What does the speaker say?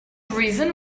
reason